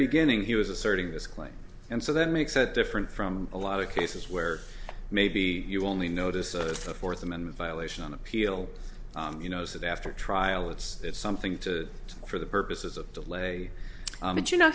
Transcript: beginning he was asserting this claim and so that makes it different from a lot of cases where maybe you only notice the fourth amendment violation on appeal you know that after trial it's something to it for the purposes of de lay but you know